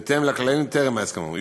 בהתאם לכללים טרם ההסכם האמור.